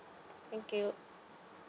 thank you